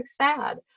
sad